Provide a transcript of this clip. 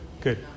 Good